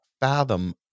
fathom